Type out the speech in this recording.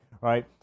right